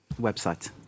website